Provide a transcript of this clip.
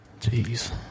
Jeez